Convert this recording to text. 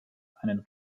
einen